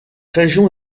région